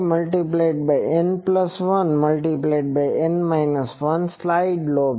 અને મુખ્ય લોબ અથવા ગ્રેટીંગgratingજાળીવાળું લોબની પહોળાઇ N14Πથી બમણી છે